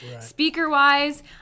Speaker-wise